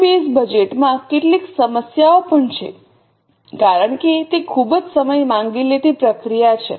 શૂન્ય base budget માં કેટલીક સમસ્યાઓ પણ છે કારણ કે તે ખૂબ જ સમય માંગી લેતી પ્રક્રિયા છે